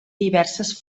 diverses